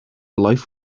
life